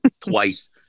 twice